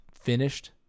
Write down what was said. finished